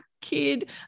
kid